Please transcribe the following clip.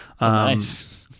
Nice